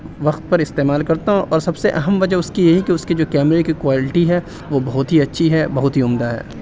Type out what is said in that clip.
وقت پر استعمال کرتا ہوں اور سب سے اہم وجہ اس کی یہی ہے کہ اس کے جو کیمرے کی کوالٹی ہے وہ بہت ہی اچھی ہے بہت ہی عمدہ ہے